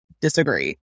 disagree